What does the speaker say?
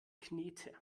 knete